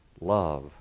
love